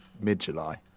Mid-July